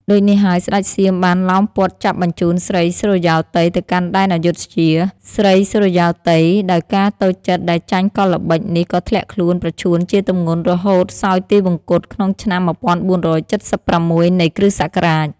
ដូចនេះហើយស្ដេចសៀមបានឡោមព័ទ្ធចាប់បញ្ចូនស្រីសុរិយោទ័យទៅកាន់ដែនអាយុធ្យា ស្រីសុរិយោទ័យដោយការតូចចិត្តដែលចាញ់កល្បិចនេះក៏ធ្លាក់ខ្លួនប្រឈួនជាទម្ងន់រហូតសោយទីវង្គត ក្នុងឆ្នាំ ១៤៧៦ នៃគ.សករាជ ។